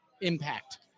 impact